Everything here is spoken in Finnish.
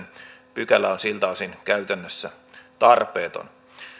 pykälä on siltä osin käytännössä tarpeeton